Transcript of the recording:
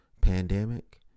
pandemic